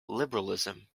liberalism